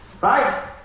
Right